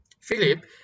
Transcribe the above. philip